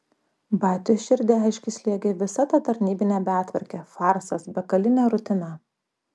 batios širdį aiškiai slėgė visa ta tarnybinė betvarkė farsas begalinė rutina